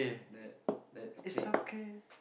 that that fake